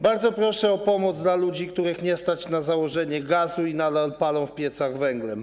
Bardzo proszę o pomoc dla ludzi, których nie stać na założenie gazu i nadal palą w piecach węglem.